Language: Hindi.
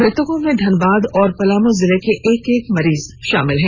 मृतकों में धनबाद और पलामू जिले से एक एक मरीज शामिल हैं